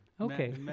Okay